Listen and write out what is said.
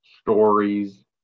stories